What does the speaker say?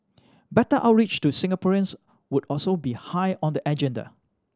better outreach to Singaporeans would also be high on the agenda